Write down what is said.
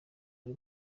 ari